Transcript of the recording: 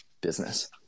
business